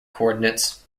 coordinates